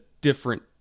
different